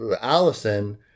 Allison